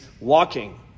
walking